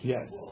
Yes